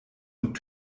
und